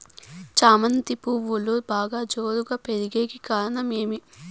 చామంతి పువ్వులు బాగా జోరుగా పెరిగేకి కారణం ఏమి?